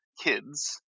kids